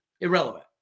Irrelevant